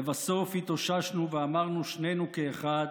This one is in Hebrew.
לבסוף התאוששנו ואמרנו שנינו כאחד: